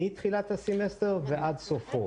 מתחילת הסמסטר ועד סופו.